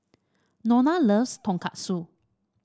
Nona loves Tonkatsu